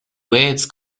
wales